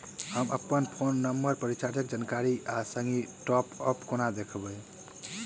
हम अप्पन phone number केँ रिचार्जक जानकारी आ संगहि टॉप अप कोना देखबै?